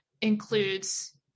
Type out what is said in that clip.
includes